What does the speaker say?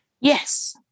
Yes